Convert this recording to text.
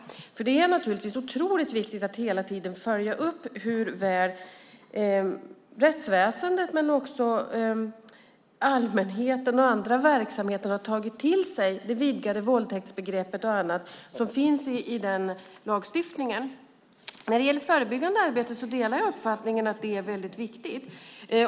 Det är naturligtvis otroligt viktigt att hela tiden följa upp hur väl rättsväsendet men också allmänheten och andra verksamheter har tagit till sig det vidgade våldtäktsbegreppet och annat som finns i denna lagstiftning. När det gäller förebyggande arbete delar jag uppfattningen att det är väldigt viktigt.